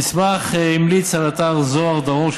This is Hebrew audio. המסמך המליץ על אתר זוהר דרום,